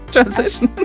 Transition